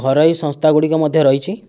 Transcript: ଘରୋଇ ସଂସ୍ଥା ଗୁଡ଼ିକ ମଧ୍ୟ ରହିଛି